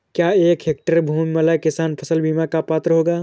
क्या एक हेक्टेयर भूमि वाला किसान फसल बीमा का पात्र होगा?